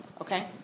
Okay